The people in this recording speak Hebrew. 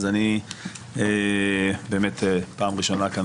אז אני באמת פעם ראשונה כאן